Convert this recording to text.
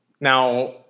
Now